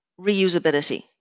reusability